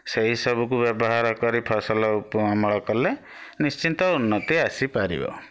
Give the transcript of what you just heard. ସେଇ ସବୁକୁ ବ୍ୟବହାର କରି ଫସଲ ଅମଳ କଲେ ନିଶ୍ଚିତ ଉନ୍ନତି ଆସିପାରିବ